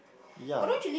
ya